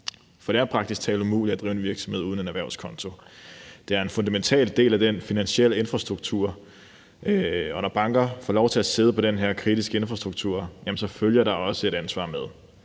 For det er praktisk talt umuligt at drive en virksomhed uden en erhvervskonto. Det er en fundamental del af den finansielle infrastruktur, og når banker får lov til at sidde på den her kritiske infrastruktur, følger der også et ansvar med.